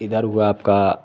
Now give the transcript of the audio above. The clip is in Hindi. इधर हुआ आपका